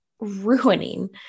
ruining